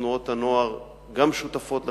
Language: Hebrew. ותנועות הנוער גם שותפות לכך,